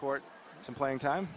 court some playing time